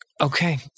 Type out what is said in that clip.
Okay